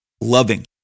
loving